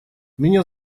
меня